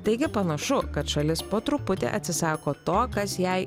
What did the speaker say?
taigi panašu kad šalis po truputį atsisako to kas jai